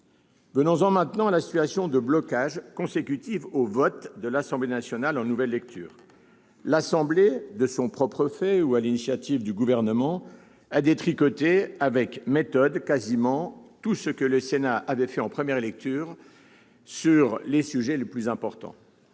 Venons-en à la situation de blocage consécutive au vote de l'Assemblée nationale en nouvelle lecture. Celle-ci, de son propre fait ou sur l'initiative du Gouvernement, a détricoté avec méthode quasiment tout ce que le Sénat avait fait en première lecture sur les sujets les plus importants.